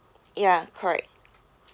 ya correct